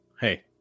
hey